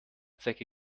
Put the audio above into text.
zecke